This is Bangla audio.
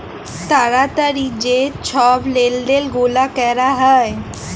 তাড়াতাড়ি যে ছব লেলদেল গুলা ক্যরা হ্যয়